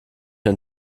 ein